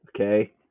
okay